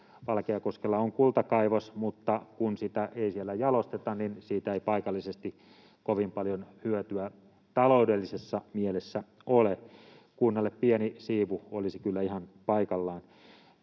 Valkeakoskella, on kultakaivos, mutta kun kultaa ei siellä jalosteta, niin siitä ei paikallisesti kovin paljon hyötyä taloudellisessa mielessä ole. Kunnalle pieni siivu olisi kyllä ihan paikallaan.